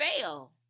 fail